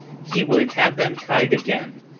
he would have them tied again,